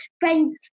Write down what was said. friends